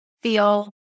feel